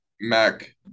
mac